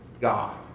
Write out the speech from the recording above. God